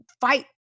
fight